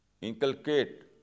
inculcate